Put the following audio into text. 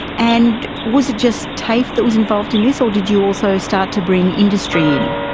and was it just tafe that was involved in this or did you also start to bring industry in?